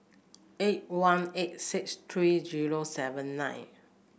eight one eight six three zero seven nine